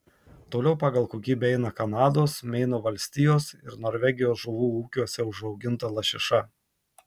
toliau pagal kokybę eina kanados meino valstijos ir norvegijos žuvų ūkiuose užauginta lašiša